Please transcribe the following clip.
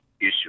issue